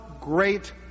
great